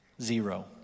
Zero